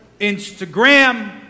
Instagram